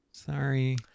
Sorry